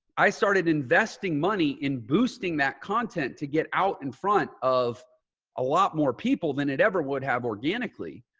i started investing money in boosting that content to get out in front of a lot more people than it ever would have organically.